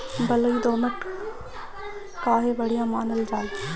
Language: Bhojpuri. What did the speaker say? बलुई दोमट काहे बढ़िया मानल जाला?